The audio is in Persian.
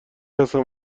هستن